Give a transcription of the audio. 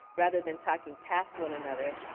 rather than talking past one another,